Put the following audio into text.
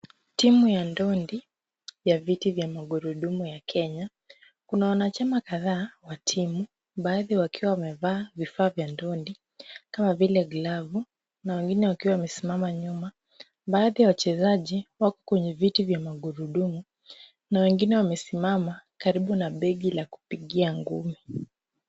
Timu ya ndondi ya vitu vya magurudumu ya Kenya? Kuna wanachama kadhaa wa timu, baadhi wakiwa wamevaa vifaa vya ndondi. Kama vile glavu, na wengine wakiwa wamesimama nyuma. Baadhi ya wachezaji wako kwenye viti vya magurudumu, na wengine wamesimama karibu na begi la kupigia ngumi.